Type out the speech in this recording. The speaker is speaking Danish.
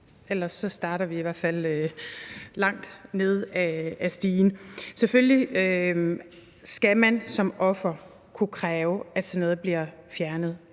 ellers starter vi i hvert fald langt nede på stigen. Selvfølgelig skal man som offer kunne kræve, at sådan noget bliver fjernet,